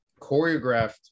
choreographed